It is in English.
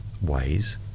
ways